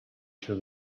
шүү